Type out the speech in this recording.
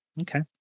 okay